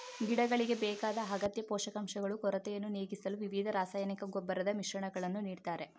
ಗಿಡಗಳಿಗೆ ಬೇಕಾದ ಅಗತ್ಯ ಪೋಷಕಾಂಶಗಳು ಕೊರತೆಯನ್ನು ನೀಗಿಸಲು ವಿವಿಧ ರಾಸಾಯನಿಕ ಗೊಬ್ಬರದ ಮಿಶ್ರಣಗಳನ್ನು ನೀಡ್ತಾರೆ